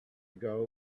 ago